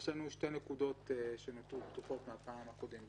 יש לנו שתי נקודות שנותרו פתוחות מהפעם הקודמת.